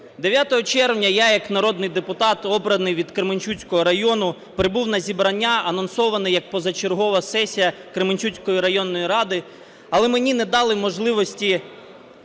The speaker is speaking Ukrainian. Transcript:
9 червня я як народний депутат, обраний від Кременчуцького району, прибув на зібрання, анонсоване як позачергова сесія Кременчуцької районної ради, але мені не дали можливості